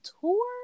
tour